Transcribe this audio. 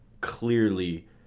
clearly